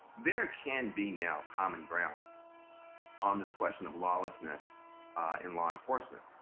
there can be now common ground on this question of lawlessness in law enforcement.